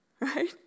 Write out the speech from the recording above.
Right